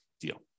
deal